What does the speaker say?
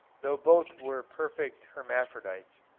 though both were perfect hermaphrodites,